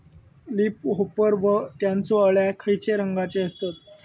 Leaf hopper व त्यानचो अळ्या खैचे रंगाचे असतत?